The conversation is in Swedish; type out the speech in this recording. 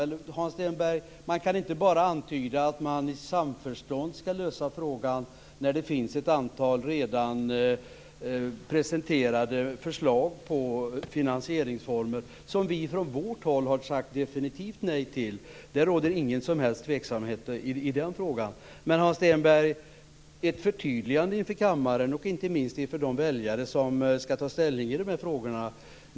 Man kan inte bara antyda, Hans Stenberg, att man i samförstånd skall lösa frågan när det finns ett antal redan presenterade förslag på finansieringsformer - som vi från vårt håll sagt definitivt nej till. Det råder ingen som helst tveksamhet i den frågan. Det vore bra, Hans Stenberg, med ett förtydligande inför kammaren - och inte minst inför de väljare som skall ta ställning i de här frågorna.